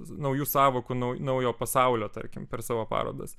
naujų sąvokų nau naujo pasaulio tarkim per savo parodas